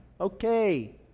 Okay